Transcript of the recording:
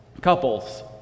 couples